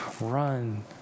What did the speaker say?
Run